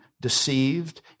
deceived